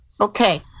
Okay